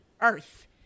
earth